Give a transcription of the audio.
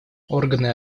органы